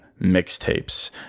mixtapes